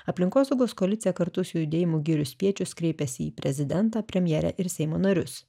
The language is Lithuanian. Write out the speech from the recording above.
aplinkosaugos koalicija kartu su judėjimu girių spiečius kreipėsi į prezidentą premjerę ir seimo narius